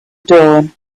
dawn